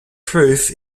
proof